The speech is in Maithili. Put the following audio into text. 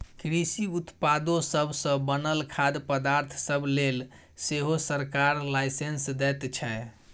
कृषि उत्पादो सब सँ बनल खाद्य पदार्थ सब लेल सेहो सरकार लाइसेंस दैत छै